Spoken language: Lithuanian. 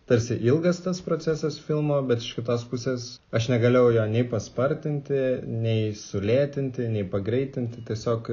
tarsi ilgas tas procesas filmo bet iš kitos pusės aš negalėjau jo nei paspartinti nei sulėtinti nei pagreitinti tiesiog